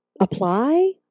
apply